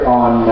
on